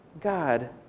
God